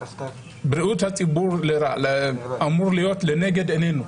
בריאות הציבור אמורה להיות לנגד עינינו,